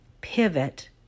pivot